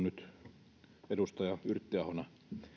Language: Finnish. nyt edustaja yrttiahona